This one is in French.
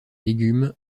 légumes